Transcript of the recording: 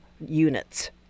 units